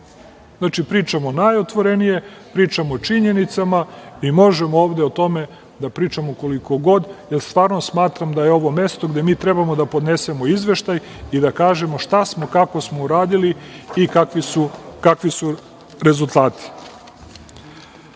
pričamo najotvorenije, pričamo o činjenicama. Mi možemo ovde o tome da pričamo koliko god, jer stvarno smatram da je ovo mesto gde mi treba da podnesemo izveštaj i da kažemo šta smo, kako smo uradili i kakvi su rezultati. Imate